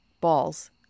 Balls